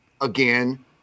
again